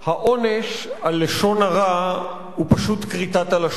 העונש על לשון הרע הוא פשוט כריתת הלשון,